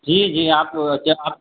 जी जी आप जब आप